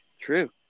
True